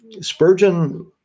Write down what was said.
Spurgeon